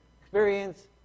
experience